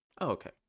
okay